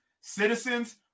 citizens